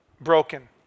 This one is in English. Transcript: Broken